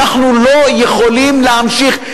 אנחנו לא יכולים להמשיך.